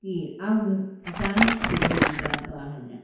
कि अम्न अचानक से मेरी बात बाहर